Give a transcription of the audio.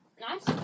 Nice